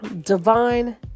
Divine